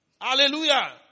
Hallelujah